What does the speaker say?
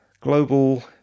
Global